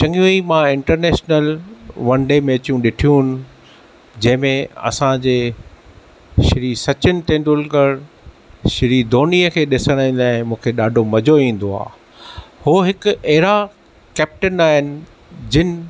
चंङियूं ही मां इंटरनेशनल वन डे मैचियूं ॾिठियूं जंहिं में असांजे श्री सचिन तेंडुलकर श्री धोनीअ खे ॾिसणु लाइ मूंखे ॾाढो मज़ो ईंदो आहे हू हिकु अहिड़ा कैप्टन आहिनि जिनि